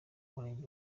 murenge